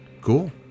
Cool